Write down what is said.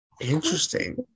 interesting